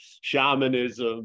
shamanism